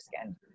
skin